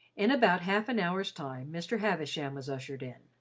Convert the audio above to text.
in about half an hour's time mr. havisham was ushered in.